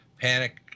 panic